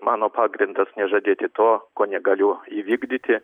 mano pagrindas nežadėti to ko negaliu įvykdyti